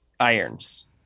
irons